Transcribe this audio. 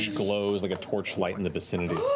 glows like a torchlight in the vicinity.